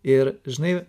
ir žinai